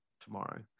tomorrow